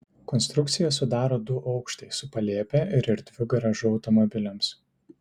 konstrukciją sudaro du aukštai su palėpe ir erdviu garažu automobiliams